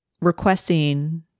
requesting